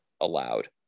allowed